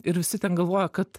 ir visi ten galvojo kad